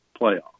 playoff